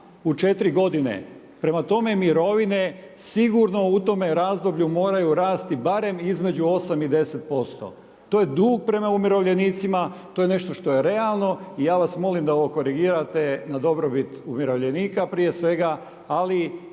u četiri godine. Prema tome, mirovine sigurno u tome razdoblju moraju rasti barem između 8 i 10%. To je dug prema umirovljenicima, to je nešto što je realno i ja vas molim da ovo korigirate na dobrobit umirovljenika prije svega ali